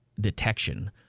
detection